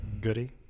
goody